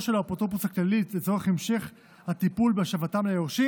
של האפוטרופוס הכללי לצורך המשך הטיפול והשבתם ליורשים,